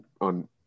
on